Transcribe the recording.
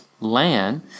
land